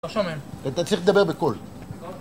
אתה צריך לדבר בקול